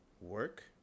work